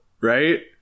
right